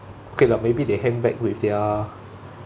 okay lah maybe they hang back with their